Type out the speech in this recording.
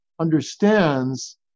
understands